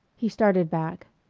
he started back.